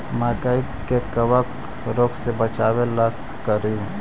मकई के कबक रोग से बचाबे ला का करि?